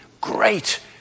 Great